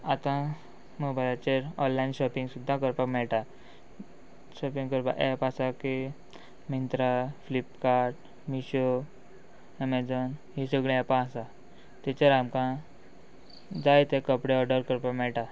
आतां मोबायलाचेर online shopping सुद्दां करपाक मेळटा शॉपिंग करपाक एप आसा की मिंत्रा फ्लिपकार्ट मिशो एमॅजॉन ही सगळीं एपां आसा ताचेर आमकां जाय ते कपडे ऑर्डर करपाक मेळटा